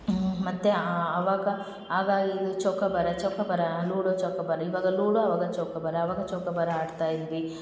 ಹ್ಞೂ ಮತ್ತು ಆವಾಗ ಆಗ ಇದು ಚೌಕಬಾರ ಚೌಕಬಾರ ಲೂಡೊ ಚೌಕಬಾರ ಇವಾಗ ಲೂಡೊ ಆವಾಗ ಚೌಕಬಾರ ಆವಾಗ ಚೌಕಬಾರ ಆಡ್ತಾಯಿದ್ವಿ